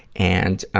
and, ah,